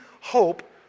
hope